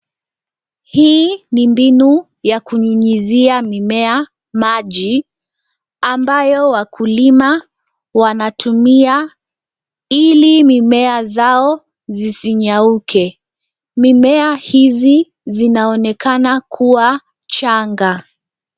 Hii ni mbinu ya kunyunyizia mimea maji, ambayo wakulima wanatumia ili mimea zao zisinyauke. Mimea hizi zinaonekana kuwa changa.